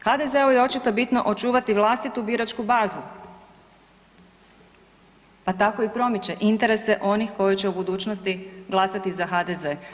HDZ-u je očito bitno očuvati vlastitu biračku bazu, pa tako i promiče interese onih koji će u budućnosti glasati za HDZ.